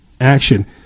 action